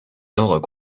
œuvres